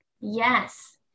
Yes